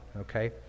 okay